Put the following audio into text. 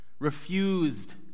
Refused